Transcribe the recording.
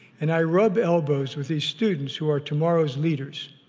and i rub elbows with these students who are tomorrow's leaders.